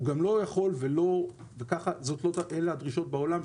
הוא גם לא יכול ואלה הדרישות בעולם,